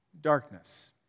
darkness